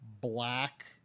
black